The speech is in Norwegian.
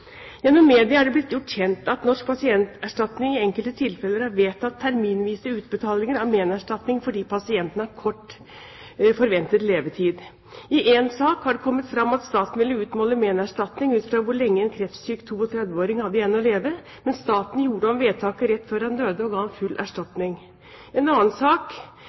Gjennom media er det blitt gjort kjent at Norsk pasientskadeerstatning i enkelte tilfeller har vedtatt terminvise utbetalinger av menerstatning fordi pasientene har kort forventet levetid. I én sak har det kommet fram at staten ville utmåle menerstatning ut fra hvor lenge en kreftsyk 32-åring hadde igjen å leve. Men staten gjorde om vedtaket rett før han døde, og ga ham full erstatning. En annen sak